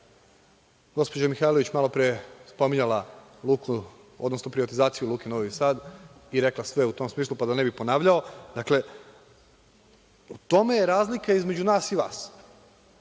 gospođa Mihajlović malopre spominjala luku, odnosno privatizaciju Luke Novi Sad i rekla sve u tom smislu da ne bih ponavljao, dakle u tome je razlika između nas i vas.